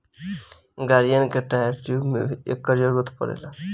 गाड़िन के tyre, tube में भी एकर जरूरत पड़ेला